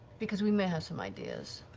because we may have some ideas.